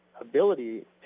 ability